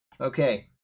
okay